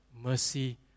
mercy